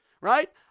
right